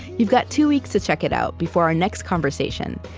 you've got two weeks to check it out before our next conversation.